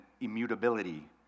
immutability